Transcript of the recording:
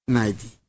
Nadi